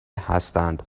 هستند